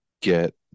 get